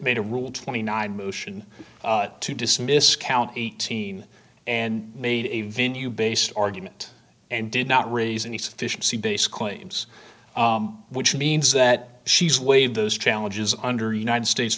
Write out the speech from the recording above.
made a rule twenty nine motion to dismiss count eighteen and made a venue based argument and did not raise any sufficiency based claims which means that she's waive those challenges under united states